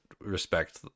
respect